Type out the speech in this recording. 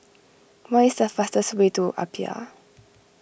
where is the fastest way to Apia